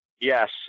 Yes